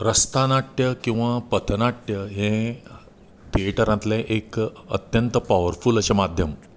रस्ता नाट्य किंवा पथनाट्य हें थिएटरांतलें एक अत्यंत पावरफूल अशें माध्यम